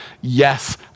yes